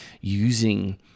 using